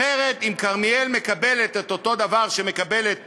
אחרת, אם כרמיאל מקבלת את אותו דבר שמקבלת יקנעם,